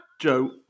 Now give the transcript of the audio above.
Joe